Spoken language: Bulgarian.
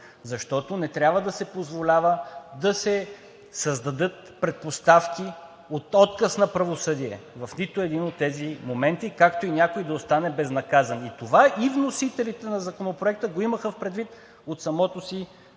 защото не трябва да се позволява да се създадат предпоставки от отказ на правосъдие в нито един от тези моменти, както и някой да остане безнаказан. И това вносителите на Законопроекта го имаха предвид от самото начало,